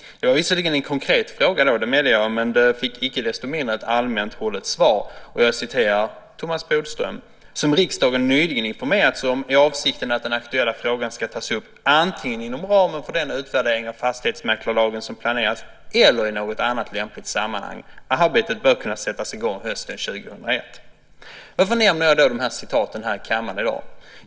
Det var visserligen en konkret fråga då, medger jag, men den fick icke desto mindre ett allmänt hållet svar. Jag citerar Thomas Bodström: "Som riksdagen nyligen informerats om är avsikten att den aktuella frågan ska tas upp antingen inom ramen för den utvärdering av fastighetsmäklarlagen som planeras eller i något annat lämpligt sammanhang. Arbetet bör kunna sättas i gång hösten 2001." Varför nämner jag då de här citaten här i kammaren i dag?